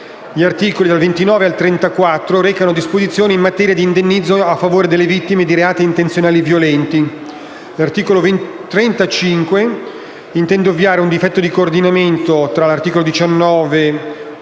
Gli articoli da 29 a 34 recano disposizioni in materia di indennizzo in favore delle vittime di reati intenzionali violenti. L'articolo 35 intende ovviare a un difetto di coordinamento tra l'articolo 19 e